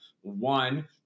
One